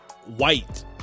white